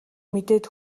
мэдээд